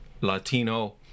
Latino